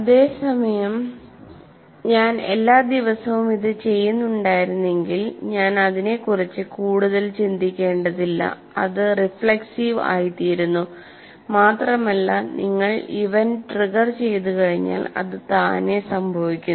അതേസമയം ഞാൻ എല്ലാ ദിവസവും ഇത് ചെയ്യുന്നുണ്ടായിരുന്നെകിൽ ഞാൻ അതിനെക്കുറിച്ച് കൂടുതൽ ചിന്തിക്കേണ്ടതില്ല അത് റിഫ്ലെക്സിവ് ആയിത്തീരുന്നു മാത്രമല്ല നിങ്ങൾ ഇവന്റ് ട്രിഗർ ചെയ്തുകഴിഞ്ഞാൽ അത് താനെ സംഭവിക്കുന്നു